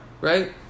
Right